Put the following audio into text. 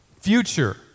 future